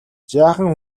жаахан